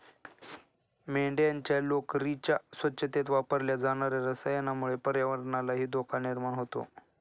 मेंढ्यांच्या लोकरीच्या स्वच्छतेत वापरल्या जाणार्या रसायनामुळे पर्यावरणालाही धोका निर्माण होतो